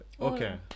Okay